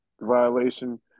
violation